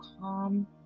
calm